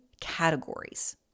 categories